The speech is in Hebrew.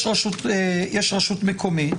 יש רשות מקומית,